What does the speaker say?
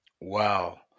Wow